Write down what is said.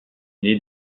née